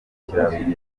mukerarugendo